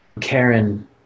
Karen